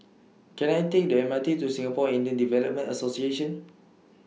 Can I Take The M R T to Singapore Indian Development Association